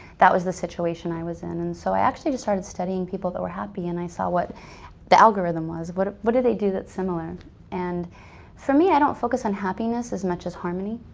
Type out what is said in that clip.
that was the situation i was in and so i actually just started studying people that were happy and i saw what the algorithm was. what what did they do that's similar and for me i don't focus on happiness as much as harmony.